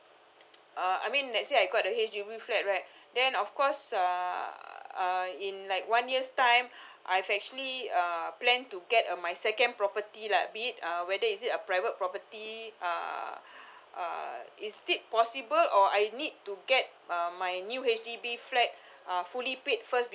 uh I mean let's say I got a H_D_B flat right then of course uh uh in like one year's time I've actually uh plan to get a my second property lah be it uh whether is it a private property uh uh is it possible or I need to get um my new H_D_B flat uh fully paid first